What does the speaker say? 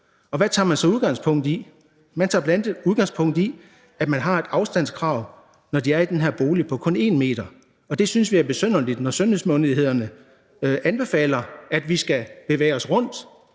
på. Hvad tager man så udgangspunkt i? Man tager bl.a. udgangspunkt i, at man har et afstandskrav, når de er i den her bolig, på kun 1 m. Og det synes vi er besynderligt, når sundhedsmyndighederne anbefaler, at vi skal bevæge os rundt